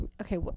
okay